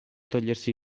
togliersi